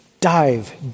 dive